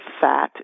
fat